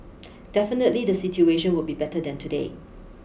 definitely the situation will be better than today